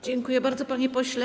Dziękuję bardzo, panie pośle.